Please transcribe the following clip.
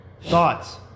thoughts